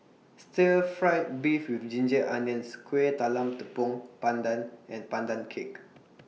Stir Fried Beef with Ginger Onions Kueh Talam Tepong Pandan and Pandan Cake